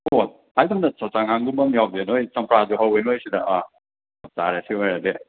ꯑꯣ ꯍꯥꯏꯒꯨꯝꯗꯅ ꯆ ꯆꯉꯥꯡꯒꯨꯝꯕ ꯑꯃ ꯌꯥꯎꯁꯦ ꯅꯣꯏ ꯆꯝꯄ꯭ꯔꯥꯁꯨ ꯍꯧꯋꯦ ꯅꯣꯏ ꯁꯤꯗ ꯑꯥ ꯆꯞ ꯆꯥꯔꯦ ꯁꯤ ꯑꯣꯏꯔꯗꯤ